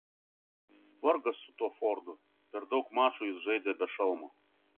vargas su tuo fordu per daug mačų jis žaidė be šalmo